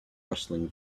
rustling